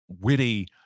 witty